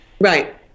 right